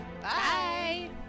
Bye